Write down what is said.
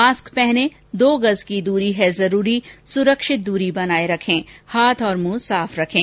mask पहनें दो गज की दूरी है जरूरी सुरक्षित दूरी बनाए रखें हाथ और मुंह साफ रखें